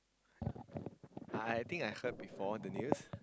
I think I heard before the news